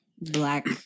black